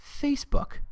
Facebook